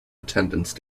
attendance